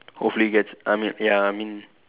hopefully gets I mean ya I mean